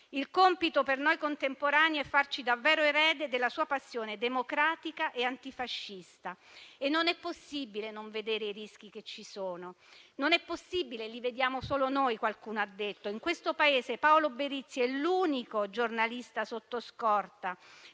Il compito per noi contemporanei è farci davvero eredi della sua passione democratica e antifascista. Non è possibile non vedere i rischi che ci sono. Non è possibile, eppure qualcuno ha detto che li vediamo solo noi. In questo Paese Paolo Berizzi è l'unico giornalista sotto scorta